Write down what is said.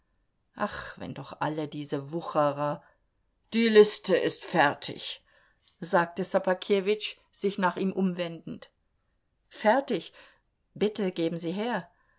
ach wenn doch alle diese wucherer die liste ist fertig sagte ssobakewitsch sich nach ihm umwendend fertig bitte geben sie sie her